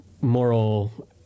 moral